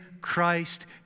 Christ